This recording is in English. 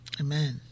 Amen